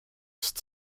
ist